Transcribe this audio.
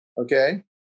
Okay